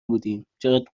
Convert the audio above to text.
بودیم، چقد